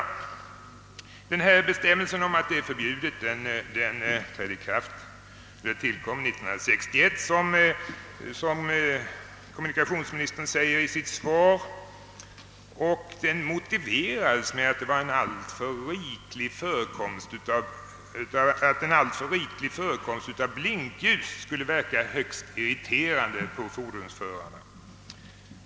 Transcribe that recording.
Förbudet tillkom 1961, som kommunikationsministern säger i sitt svar. Det motiverades med att en alltför riklig förekomst av blinkljus skulle verka högst irriterande på fordonsförarna.